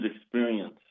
experience